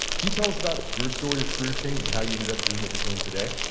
you tell us about your story of career change and how you ended up doing what you're doing today?